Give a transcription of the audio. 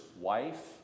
wife